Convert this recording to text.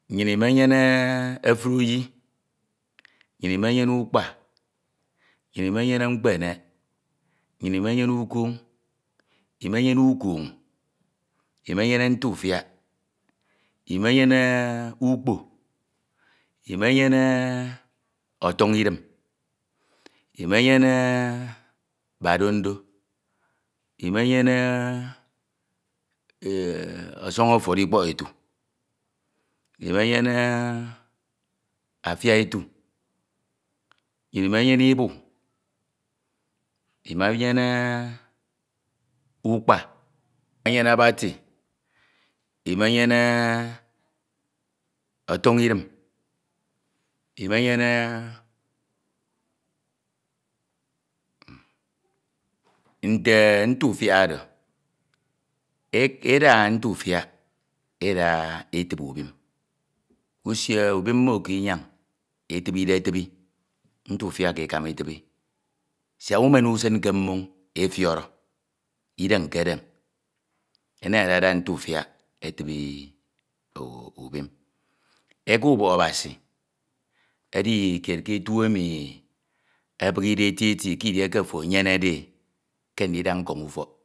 Nnyin imenyene ofuriyi, nnyin imenyene ukpa nnyin imenyene mkpenek, imenyene ukoñ imenyene ukoñ nnyin imenyene ntufiak imenyene ukpo, imenyene ọtọñ idim imenydne badondo, imenyene ọsọñ ọfuọrọ etu, inenyene afia etu, nnyin imenyene ibu, imenyene ukpa inyene abọrt, imenyene ọfọñ idim, imenyene mi nte ntufiak oro, eda ntufiak etibi ubim, usie ubim mmo ƙ inyañ etibetibe, ntufiak ke ekama etibi siak umen e usin ke mmoñ, efiọrọ, ideñ ke deñ siak eda, ntufia edibi ubim. Eku ubok Abasi edi kied ke etu emi ebighide eti eti edieke of enyemede e ke edida nkọñ ufọk.